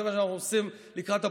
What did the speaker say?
זה מה שאנחנו עושים לקראת הבחירות.